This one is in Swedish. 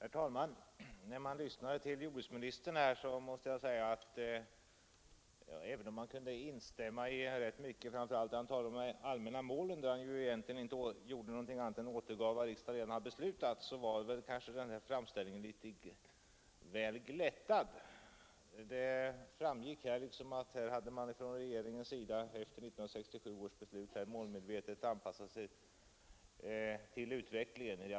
Herr talman! Även om man kan instämma i rätt mycket av det som jordbruksministern sade, framför allt när han talade om de allmänna målen, vill jag säga att framställningen väl var något glättad i det avseendet. Egentligen gjorde han inte något annat än återgav vad riksdagen redan har beslutat. Han framhöll att regeringen efter 1967 års beslut målmedvetet har anpassat sig till utvecklingen.